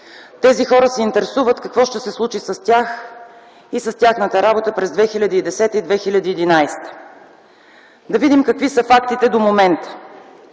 Тези хора се интересуват какво ще се случи с тях и с тяхната работа през 2010 и 2011 г. Да видим какви са фактите до момента.